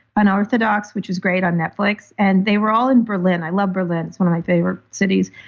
unorthodox, which is great on netflix, and they were all in berlin. i love berlin, it's one of my favorite cities.